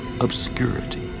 obscurity